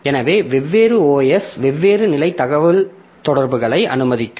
எனவே வெவ்வேறு OS வெவ்வேறு நிலை தகவல்தொடர்புகளை அனுமதிக்கும்